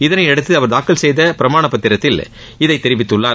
இதனை அடுத்து அவர் தாாக்கல் செய்த பிரமாண பத்திரத்தில் இதை தெரிவித்துள்ளார்